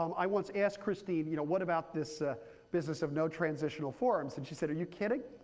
um i once asked christine, you know what about this ah business of no transitional forms? and she said, are you kidding?